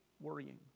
worrying